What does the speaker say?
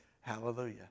hallelujah